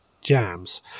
jams